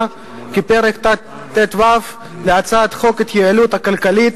כפרק ט"ו להצעת חוק ההתייעלות הכלכלית